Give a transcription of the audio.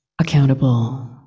accountable